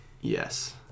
Yes